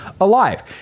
alive